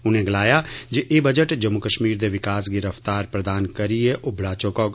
उनें गलाया जे एह् बजट जम्मू कश्मीर दे विकास गी रफ्तार प्रदान करियै उब्बड़ा चुक्कोग